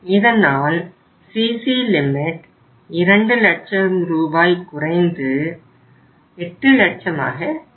இதனால் CC limit 2 இலட்சம் ரூபாய் குறைந்து 8 லட்சமாக இருக்கிறது